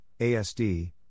ASD